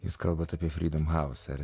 jūs kalbate apie freedom house ir